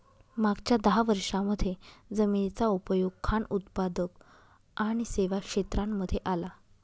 मागच्या दहा वर्षांमध्ये जमिनीचा उपयोग खान उत्पादक आणि सेवा क्षेत्रांमध्ये आला